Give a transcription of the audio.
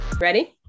Ready